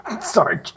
sorry